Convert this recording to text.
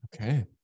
Okay